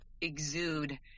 exude